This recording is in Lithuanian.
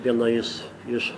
vienais iš